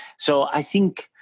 so i think,